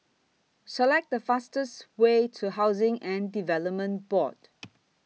Select The fastest Way to Housing and Development Board